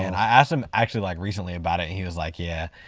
and i asked him actually, like, recently about it. he was like, yeah,